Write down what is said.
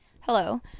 Hello